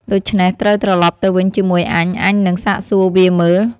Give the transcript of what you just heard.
ដូច្នេះត្រូវត្រឡប់ទៅវិញជាមួយអញ អញនឹងសាកសួរវាមើល៍"។